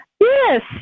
Yes